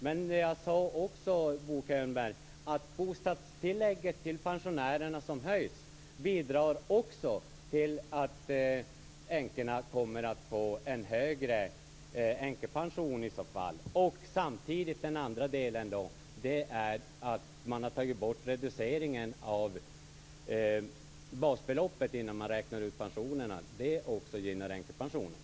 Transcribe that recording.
Men jag sade dessutom, Bo Könberg, att höjt bostadstillägg till pensionärerna också bidrar till att änkorna kommer att få en högre änkepension. Den andra delen är att man har tagit bort reduceringen av basbeloppet innan man räknar ut pensionerna. Det gynnar också änkepensionen.